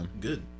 good